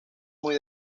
muy